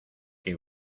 que